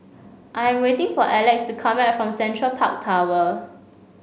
I'm waiting for Elex to come back from Central Park Tower